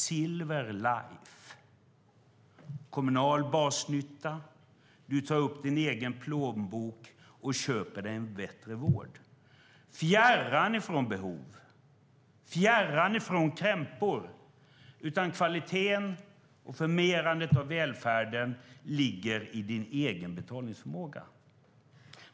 Silver Life: Basnyttan är kommunal, men du tar upp din egen plånbok och köper dig bättre vård. Det är fjärran från behov, fjärran från krämpor, utan kvaliteten och förmerandet av välfärden ligger i din egen betalningsförmåga.